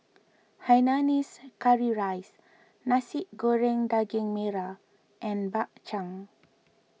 Hainanese Curry Rice Nasi Goreng Daging Merah and Bak Chang